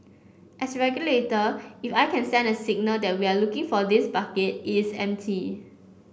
as regulator if I can send a signal that we are looking for this bucket it's empty